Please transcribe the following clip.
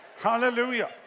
hallelujah